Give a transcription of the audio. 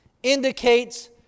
indicates